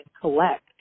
collect